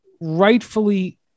rightfully